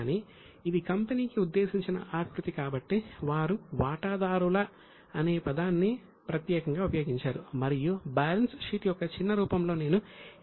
కానీ ఇది కంపెనీకి ఉద్దేశించిన ఆకృతి కాబట్టి వారు వాటాదారుల అనే పదాన్ని ప్రత్యేకంగా ఉపయోగించారు